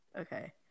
okay